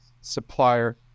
supplier